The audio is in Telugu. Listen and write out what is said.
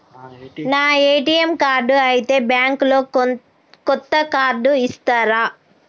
నా ఏ.టి.ఎమ్ కార్డు పోతే బ్యాంక్ లో కొత్త కార్డు ఇస్తరా?